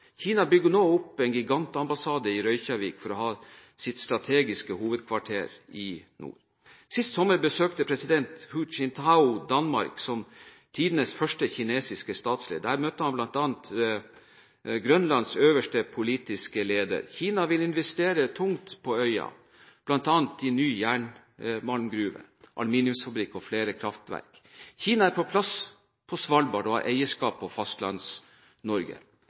Kina bygger nå opp en gigantambassade i Reykjavik for å ha et strategisk hovedkvarter i nord. Sist sommer besøkte president Hu Jintao Danmark, som tidenes første kinesiske statsleder. Der møtte han bl.a. Grønlands øverste politiske leder. Kina vil investere tungt på øya, bl.a. i ny jernmalmgruve, aluminiumsfabrikk og flere kraftverk. Kina er på plass på Svalbard og har eierskap